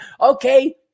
Okay